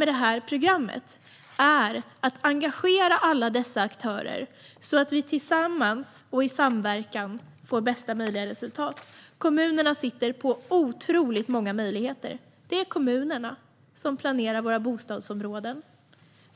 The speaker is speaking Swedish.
Med det här programmet vill vi engagera alla dessa aktörer så att vi tillsammans och i samverkan får bästa möjliga resultat. Kommunerna sitter på otroligt många möjligheter. Det är kommunerna som planerar bostadsområden.